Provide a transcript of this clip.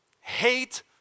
hate